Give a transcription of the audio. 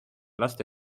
laste